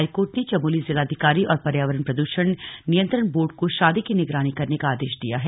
high court ने चमोली जिलाधिकारी और पर्यावरण प्रदूषण नियंत्रण बोर्ड को शादी की निगरानी करने का आदेश दिया है